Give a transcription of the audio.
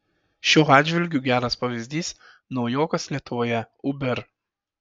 šiuo atžvilgiu geras pavyzdys naujokas lietuvoje uber